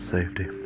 Safety